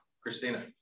Christina